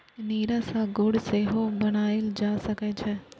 नीरा सं गुड़ सेहो बनाएल जा सकै छै